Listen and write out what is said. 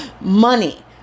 money